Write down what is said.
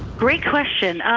great question!